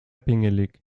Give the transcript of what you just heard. pingelig